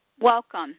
Welcome